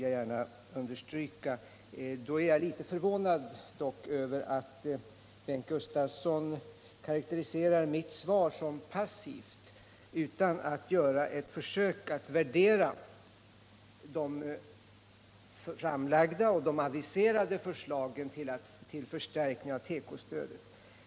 Jag är därför litet förvånad över att Bengt Gustavsson karakteriserar mitt svar som passivt utan att ens vilja göra ett försök att värdera det framlagda förslaget och de aviserade förslagen till förstärkning av tekostödet.